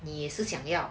你是想要